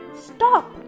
Stop